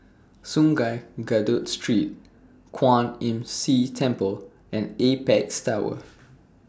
Sungei Kadut Street Kwan Imm See Temple and Apex Tower